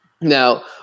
Now